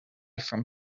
from